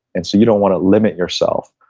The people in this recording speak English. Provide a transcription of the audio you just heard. and so, you don't want to limit yourself.